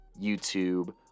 YouTube